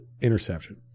interception